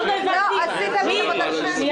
לא עשית את עבודתך.